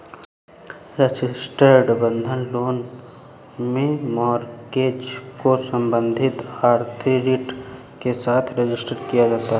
registered बंधक loan में mortgage को संबंधित अथॉरिटी के साथ रजिस्टर किया जाता है